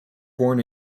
born